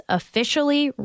officially